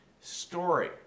story